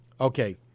Okay